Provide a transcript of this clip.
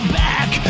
back